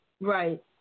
Right